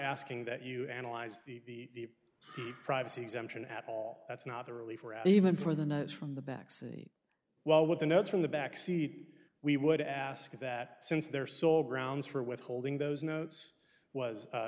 asking that you analyze the privacy exemption at all that's not the really for even for the notes from the backseat while with the notes from the back seat we would ask that since their sole grounds for withholding those notes was